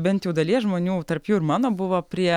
bent jau dalies žmonių tarp jų ir mano buvo prie